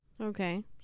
Okay